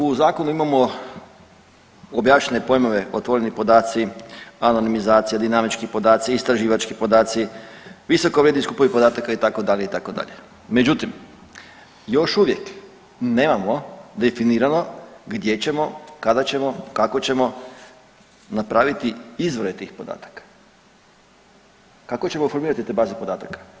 U zakonu imamo objašnjenje pojmove otvoreni podaci, anonimizacija, dinamički podaci, istraživački podaci, visoko vrijedni skupovi podataka itd., itd., međutim još uvijek nemamo definirano gdje ćemo, kada ćemo, kako ćemo napraviti izvore tih podataka, kako ćemo formirati te baze podatka.